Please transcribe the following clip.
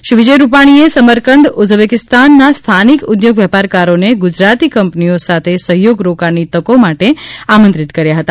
શ્રી વિજયભાઇ રૂપાણીએ સમરકંદ ઉઝબેકિસ્તાનના સ્થાનિક ઉદ્યોગ વેપારકારોને ગુજરાતી કંપનીઓ સાથે સહયોગ રોકાણની તકો માટે આમંત્રિત કર્યા હતા